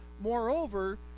Moreover